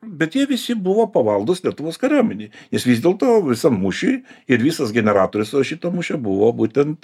bet jie visi buvo pavaldūs lietuvos kariuomenei nes vis dėlto visam mūšiui ir visas generatorius va šito mūšio buvo būtent